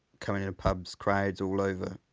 coming in pubs, crowds all over.